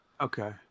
Okay